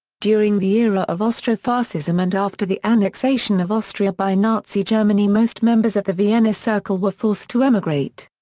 during the era of austrofascism and after the annexation of austria by nazi germany most members of the vienna circle were forced to emigrate.